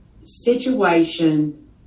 situation